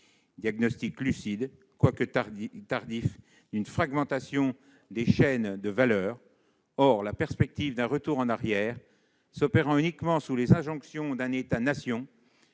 diagnostic lucide, quoique tardif, d'une fragmentation des chaînes de valeur, mais prôner un retour en arrière s'opérant uniquement sous les injonctions d'un État-nation